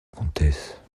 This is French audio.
comtesse